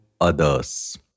others